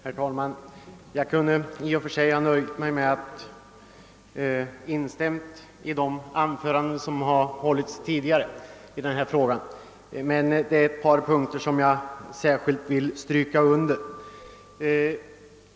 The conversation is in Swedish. Herr talman! Jag skulle i och för sig ha kunnat nöja mig med att instämma i de anföranden som nyss har hållits, men det är ett par punkter som jag särskilt vill framhålla.